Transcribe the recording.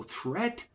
threat